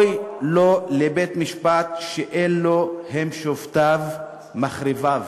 אוי לו לבית-משפט שאלו הם שופטיו מחריביו.